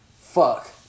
Fuck